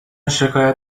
شکایت